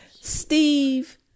Steve